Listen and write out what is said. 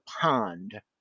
pond